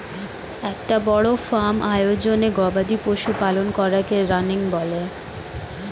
একটা বড় ফার্ম আয়োজনে গবাদি পশু পালন করাকে রানিং বলে